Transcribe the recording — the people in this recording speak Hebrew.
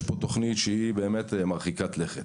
יש פה תוכנית שהיא מרחיקת לכת.